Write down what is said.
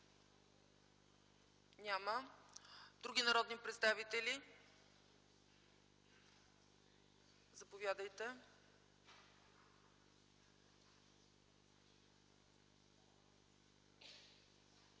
Няма. Други народни представители? Заповядайте,